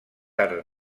art